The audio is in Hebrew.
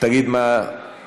תגיד מה ההחלטה.